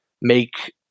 make –